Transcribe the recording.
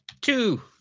two